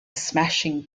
smashing